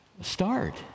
start